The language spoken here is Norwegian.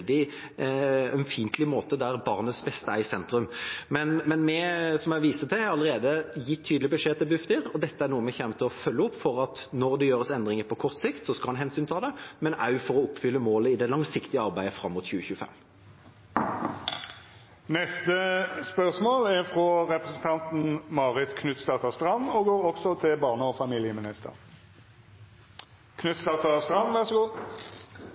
måte med barnets beste i sentrum. Vi har, som jeg viste til, allerede gitt tydelig beskjed til Bufdir. Dette er noe vi kommer til å følge opp for at en skal ta hensyn til det når det gjøres endringer på kort sikt, og også for å oppfylle målet i det langsiktige arbeidet fram mot 2025. «Statsråden mener barnevernet er styrket på bemanningssiden, mens blant annet Barneombudet, Fellesorganisasjonen og